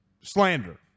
slander